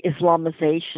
Islamization